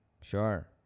sure